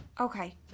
Okay